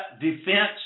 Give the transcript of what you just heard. defense